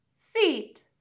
feet